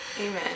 Amen